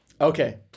Okay